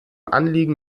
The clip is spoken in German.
anliegen